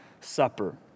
Supper